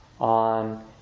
on